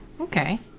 Okay